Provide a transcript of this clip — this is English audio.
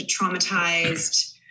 traumatized